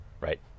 Right